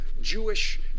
Jewish